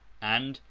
and,